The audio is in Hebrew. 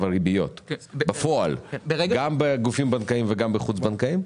הריביות בפועל בגופים הבנקאיים ובגופים החוץ בנקאיים.